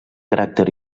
caràcter